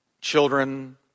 children